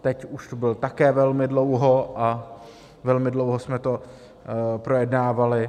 Teď už tu byl také velmi dlouho a velmi dlouho jsme to projednávali.